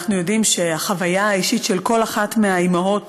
אנחנו יודעים שהחוויה האישית של כל אחת מהאימהות